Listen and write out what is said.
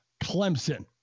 Clemson